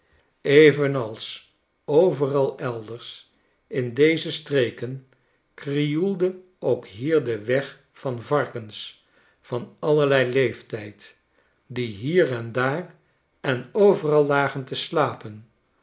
evenals overal elders in deze streken krioelde ook hier de weg van varkens van allerlei leeftijd die hier en daar en overal lagen te slapen